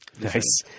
Nice